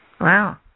Wow